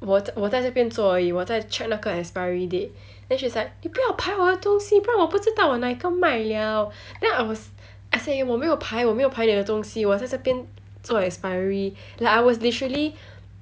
我在这边做而已 check 那个 expiry date then she's like 你不要排我的东西不然我不知道哪一个卖了 then I was I said 我没有排我没有排你的东西我在这边做 expiry like I was literally